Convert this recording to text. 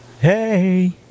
Hey